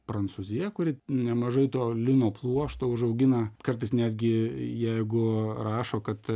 prancūzija kuri nemažai to lino pluošto užaugina kartais netgi jeigu rašo kad